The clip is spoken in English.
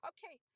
Okay